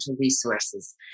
resources